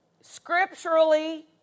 scripturally